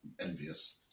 envious